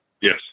Yes